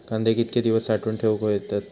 कांदे कितके दिवस साठऊन ठेवक येतत?